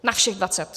Na všech dvacet.